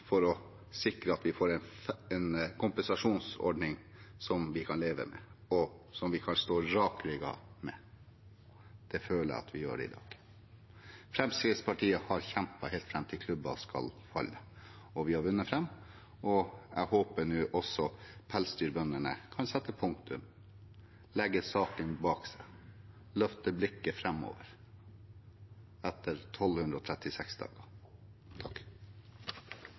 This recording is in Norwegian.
for å sikre at vi får en kompensasjonsordning som vi kan leve med, og som vi kan stå rakrygget med. Det føler jeg at vi gjør i dag. Fremskrittspartiet har kjempet helt fram til klubben skal falle, og vi har vunnet fram. Jeg håper nå at også pelsdyrbøndene kan sette punktum, legge saken bak seg og løfte blikket framover etter 1 236 dager.